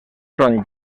són